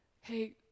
Hey